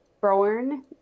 born